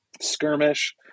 skirmish